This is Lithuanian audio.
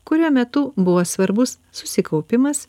kurio metu buvo svarbus susikaupimas